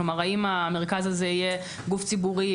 כלומר האם המרכז הזה יהיה גוף ציבורי,